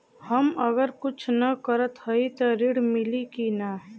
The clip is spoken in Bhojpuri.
हम अगर कुछ न करत हई त ऋण मिली कि ना?